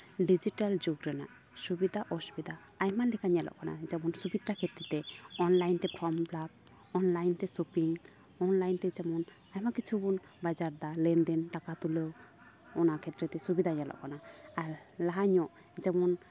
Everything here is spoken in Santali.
ᱰᱤᱡᱤᱴᱮᱞ ᱡᱩᱜᱽ ᱨᱮᱱᱟᱜ ᱥᱩᱵᱤᱫᱟ ᱚᱼᱥᱩᱵᱤᱫᱟ ᱟᱭᱢᱟ ᱞᱮᱠᱟ ᱧᱮᱞᱚᱜ ᱠᱟᱱᱟ ᱡᱮᱢᱚᱱ ᱥᱩᱵᱤᱫᱟ ᱠᱷᱮᱛᱛᱨᱮ ᱚᱱᱞᱟᱭᱤᱱ ᱛᱮ ᱯᱷᱚᱨᱢ ᱯᱷᱤᱞᱟᱯ ᱚᱱᱞᱟᱭᱤᱱ ᱛᱮ ᱥᱚᱯᱤᱝ ᱚᱱᱞᱟᱭᱤᱱ ᱛᱮ ᱡᱮᱢᱚᱱ ᱟᱭᱢᱟ ᱠᱤᱪᱷᱩᱵᱚᱱ ᱵᱟᱡᱟᱨᱫᱟ ᱞᱮᱱᱫᱮᱱ ᱴᱟᱠᱟ ᱛᱩᱞᱟᱹᱣ ᱚᱱᱟ ᱠᱷᱮᱛᱨᱮ ᱛᱮ ᱥᱩᱵᱤᱫᱟ ᱧᱮᱞᱚᱜ ᱠᱟᱱᱟ ᱠᱟᱱᱟ ᱟᱨ ᱞᱟᱦᱟ ᱧᱚᱜ ᱡᱮᱢᱚᱱ